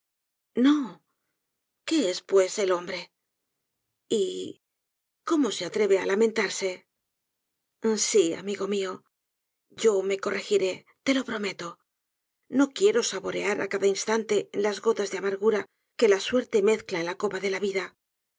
no qué es pues el hombre y cómo se atreve á lamentarse si amigo mió yo me corregiré te lo prometo no quiero saborear á cada instante las gotas de amargura que la suerte mezcla en la copa de la vida